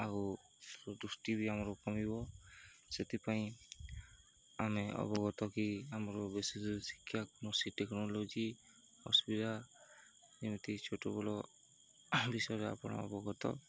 ଆଉ ଦୃଷ୍ଟି ବି ଆମର କମିବ ସେଥିପାଇଁ ଆମେ ଅବଗତ କି ଆମର ବେଶୀ ଶିକ୍ଷା କୌଣସି ଟେକ୍ନୋଲୋଜି ଅସୁବିଧା ଏମିତି ଛୋଟ ବଡ଼ ବିଷୟରେ ଆପଣ ଅବଗତ